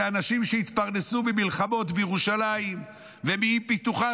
שאנשים שהתפרנסו ממלחמות בירושלים ומאי-פיתוחה